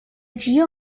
geo